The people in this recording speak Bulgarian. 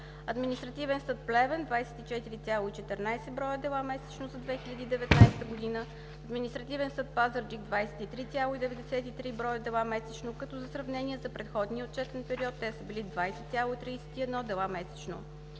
Административен съд – Плевен: 24,14 дела месечно за 2019 г.; Административен съд – Пазарджик: 23,93 дела месечно, като за сравнение – за предходния отчетен период те са били 20,31 дела месечно;